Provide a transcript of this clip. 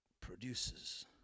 produces